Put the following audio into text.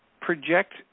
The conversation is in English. project